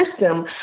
system